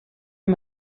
and